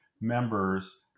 members